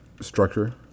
Structure